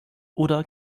oder